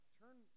turn